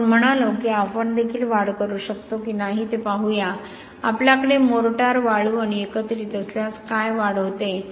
तर आपण म्हणालो की आपण देखील वाढ करू शकतो की नाही ते पाहू या आपल्याकडे मोर्टार वाळू आणि एकत्रित असल्यास काय वाढ होते